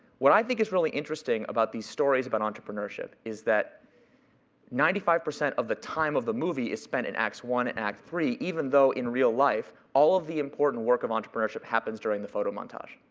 what i think is really interesting about these stories about entrepreneurship is that ninety five percent of the time of the movie is spent in acts one and act three, even though in real life, all of the important work of entrepreneurship happens during the photo montage.